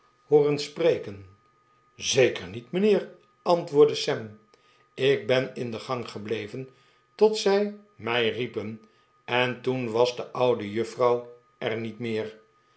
hooren spreken zeker niet mijnheer antwoordde sam ik ben in de gang gebleven tot zij mij riepen en toen was de oude juffrouw er niet nieer